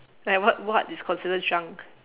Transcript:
like what what is considered junk